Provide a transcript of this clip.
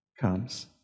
comes